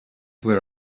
where